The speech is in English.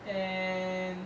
and